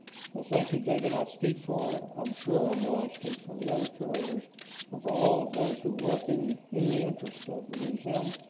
so thank you, david, i speak for i'm sure i know i speak for the other curators and for all of those who are working in the interest of the museum.